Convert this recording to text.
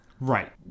Right